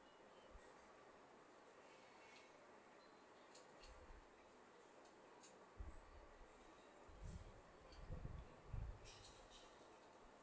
okay